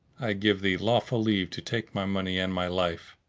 i give thee lawful leave to take my money and my life.